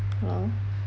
hello